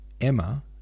Emma